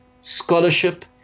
scholarship